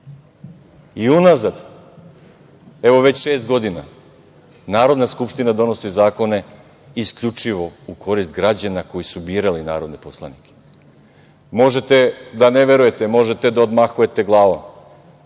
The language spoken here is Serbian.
birali. Unazad, evo već šest godina, Narodna skupština donosi zakone isključivo u korist građana koji su birali narodne poslanike. Možete da ne verujete, možete da odmahujete glavama,